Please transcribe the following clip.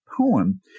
poem